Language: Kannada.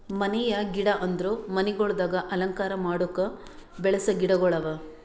ಮನೆಯ ಗಿಡ ಅಂದುರ್ ಮನಿಗೊಳ್ದಾಗ್ ಅಲಂಕಾರ ಮಾಡುಕ್ ಬೆಳಸ ಗಿಡಗೊಳ್ ಅವಾ